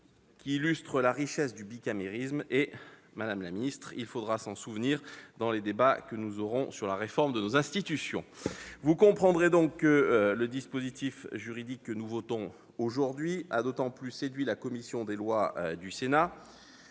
ainsi la richesse du bicamérisme. Madame la ministre, il faudra s'en souvenir durant les débats que nous aurons à propos de la réforme de nos institutions ! Vous comprendrez que le dispositif juridique que nous votons aujourd'hui a d'autant plus séduit la commission des lois du Sénat